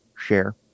share